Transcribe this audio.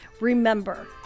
Remember